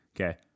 okay